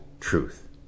truth